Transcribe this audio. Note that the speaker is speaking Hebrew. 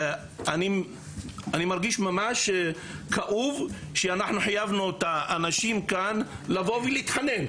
אני מרגיש ממש כאוב שאנחנו חייבנו את האנשים לבוא לכאן ולהתחנן.